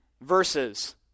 verses